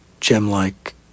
gem-like